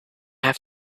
have